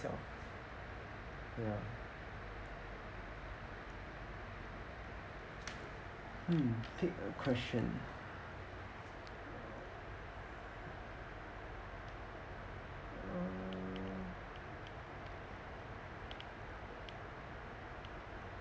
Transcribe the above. myself ya mm pick a question uh